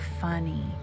funny